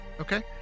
okay